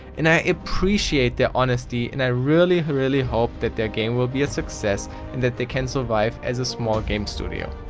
and i appreciate their honesty and i really really hope that their game will be a success and they can survive as a small game studio.